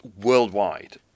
worldwide